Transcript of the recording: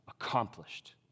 accomplished